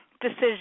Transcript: decision